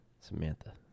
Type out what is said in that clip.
Samantha